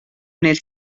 nel